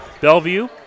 Bellevue